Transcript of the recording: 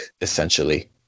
essentially